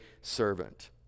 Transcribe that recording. servant